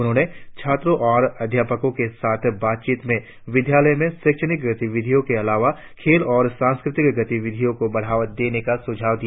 उन्होंने छात्रों और अध्यापको के साथ बातचीत में विद्यालय में शैक्षणिक गतिविधियों के अलावा खेलों और सांस्कृतिक गतिविधियों को बढ़ावा देने का सुझाव दिया